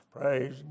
Praise